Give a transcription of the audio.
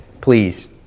Please